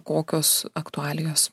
kokios aktualijos